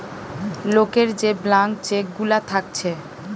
লোকের যে blank cheque গুলা থাকছে